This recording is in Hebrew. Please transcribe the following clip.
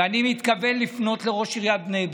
ואני מתכוון לפנות לראש עיריית בני ברק,